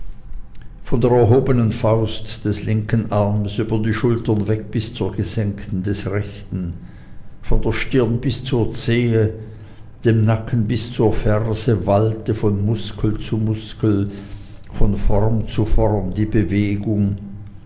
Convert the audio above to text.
von der erhobenen faust des linken armes über die schultern weg bis zur gesenkten des rechten von der stirn bis zur zehe dem nacken bis zur ferse wallte von muskel zu muskel von form zu form die bewegung